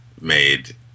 made